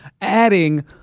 adding –